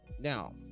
now